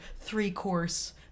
three-course